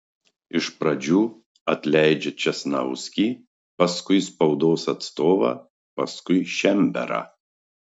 iš pradžių atleidžia česnauskį paskui spaudos atstovą paskui šemberą